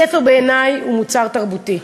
ספר בעיני הוא מוצר תרבותי,